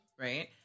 Right